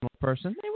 person